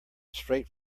straight